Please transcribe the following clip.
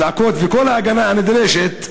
אזעקות וכל ההגנה הנדרשת.